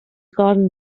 garden